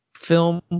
film